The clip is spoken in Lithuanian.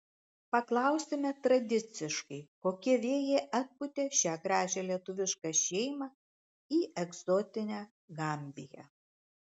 paklausime tradiciškai kokie vėjai atpūtė šią gražią lietuvišką šeimą į egzotinę gambiją